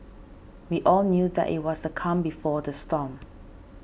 we all knew that it was the calm before the storm